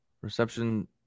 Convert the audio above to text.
Reception